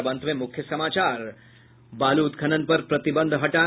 और अब अंत में मुख्य समाचार बालू उत्खनन पर प्रतिबंद्व हटा